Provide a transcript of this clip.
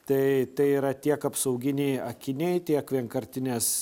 tai tai yra tiek apsauginiai akiniai tiek vienkartinės